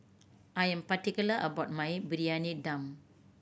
I am particular about my Briyani Dum